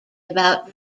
about